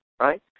right